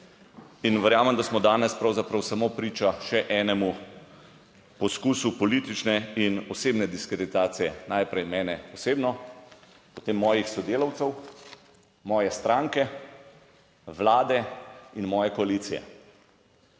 in verjamem, da smo danes pravzaprav samo priča še enemu poskusu politične in osebne diskreditacije, najprej mene osebno, potem mojih sodelavcev, moje stranke, vlade in moje koalicije.